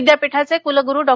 विद्यापीठाचे कुलगुरू डॉ